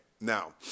now